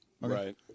Right